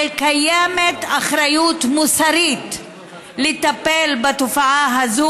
קיימת אחריות מוסרית לטפל בתופעה הזאת